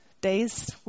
days